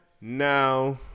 Now